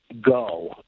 go